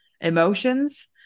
emotions